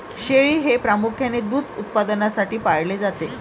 शेळी हे प्रामुख्याने दूध उत्पादनासाठी पाळले जाते